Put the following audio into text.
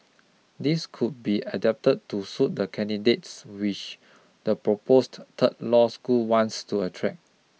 these could be adapted to suit the candidates which the proposed third law school wants to attract